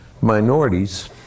minorities